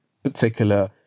particular